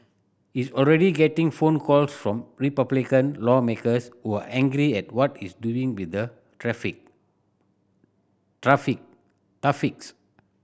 he's already getting phone calls from Republican lawmakers who are angry at what he's doing with the